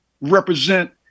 represent